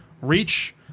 Reach